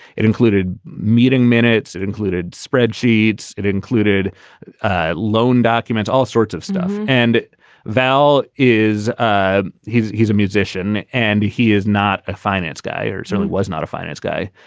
it included meeting minutes. it included spreadsheets. it included loan documents, all sorts of stuff. and val is ah he's he's musician and he is not a finance guy or certainly was not a finance guy.